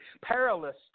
perilous